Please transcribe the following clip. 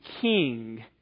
King